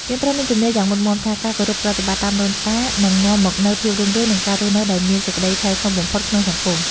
យើងត្រូវមានជំនឿយ៉ាងមុតមាំថា ការគោរពប្រតិបត្តិតាមដូនតានឹងនាំមកនូវភាពរុងរឿង និងការរស់នៅដោយមានសេចក្តីថ្លៃថ្នូរបំផុតក្នុងសង្គម។